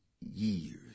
years